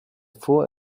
vor